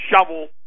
shovel